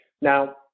Now